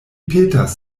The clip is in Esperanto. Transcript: petas